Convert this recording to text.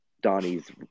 Donnie's